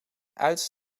uit